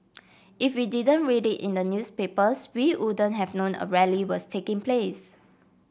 if we didn't read it in the newspapers we wouldn't have known a rally was taking place